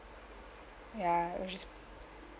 ya it will just